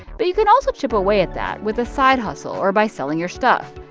but you could also chip away at that with a side hustle or by selling your stuff.